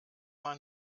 man